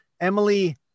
Emily